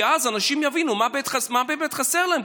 כי אז אנשים יבינו מה באמת חסר להם,